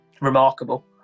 remarkable